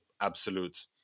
absolute